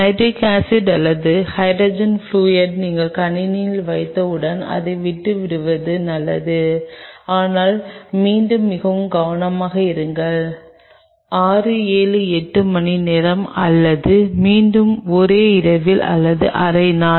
nitric acid அல்லது hydrogen fluoride நீங்கள் கணினியில் வைத்தவுடன் அதை விட்டுவிடுவது நல்லது ஆனால் மீண்டும் மிகவும் கவனமாக இருங்கள் 6 7 8 மணிநேரம் அல்லது மீண்டும் ஒரே இரவில் அல்லது அரை நாள்